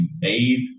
made